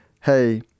hey